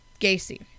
Gacy